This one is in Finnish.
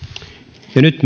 ja nyt